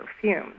perfume